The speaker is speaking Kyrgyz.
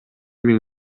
миң